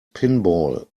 pinball